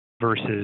versus